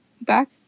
Back